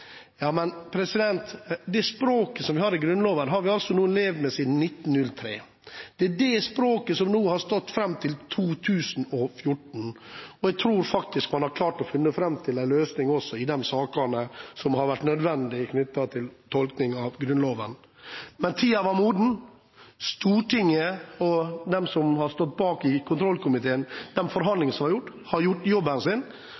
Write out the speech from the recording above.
Det språket som er i Grunnloven, har vi levd med siden 1903. Det er det språket som har vært fram til 2014, og jeg tror faktisk man har klart å finne fram til en løsning i de sakene der det har vært nødvendig, knyttet til en tolkning av Grunnloven. Men tiden var moden. Stortinget og de som har stått bak – i kontrollkomiteen og i de forhandlingene som har vært – har gjort jobben sin.